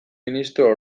ministro